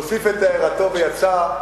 הוסיף את הערתו ויצא.